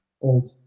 old